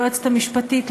היועצת המשפטית,